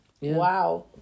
Wow